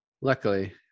Luckily